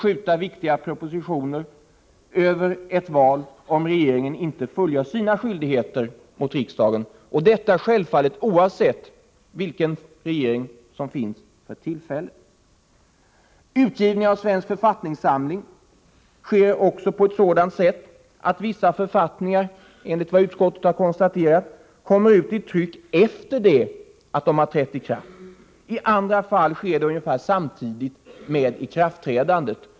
skjuta viktiga propositioner över ett val om regeringen inte fullgör sina skyldigheter mot riksdagen. Detta skall självfallet gälla oavsett vilken regering som finns för tillfället. Utgivningen av Svensk författningssamling sker på ett sådant sätt att vissa författningar, enligt vad utskottet har konstaterat, kommer ut i tryck efter det att de har trätt i kraft. I andra fall sker det ungefär samtidigt med ikraftträdandet.